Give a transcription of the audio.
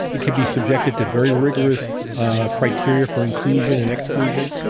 it could be subjected to very rigorous ah criteria for inclusion and exclusion,